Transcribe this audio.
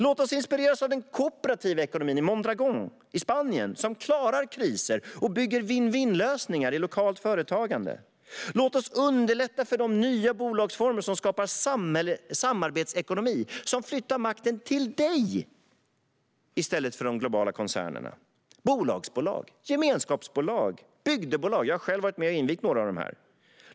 Låt oss inspireras av den kooperativa ekonomin i Mondragon i Spanien, som klarar kriser och bygger vinn-vinn-lösningar i lokalt företagande. Låt oss underlätta för de nya bolagsformer som skapar samarbetsekonomi och som flyttar makten till dig i stället för de globala koncernerna: bolagsbolag, gemenskapsbolag, bygdebolag. Jag har själv varit med och invigt några av de här.